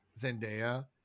Zendaya